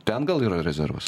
ten gal yra rezervas